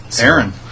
Aaron